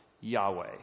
Yahweh